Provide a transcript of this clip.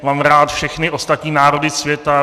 Mám rád všechny ostatní národy světa.